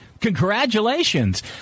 Congratulations